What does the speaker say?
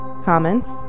comments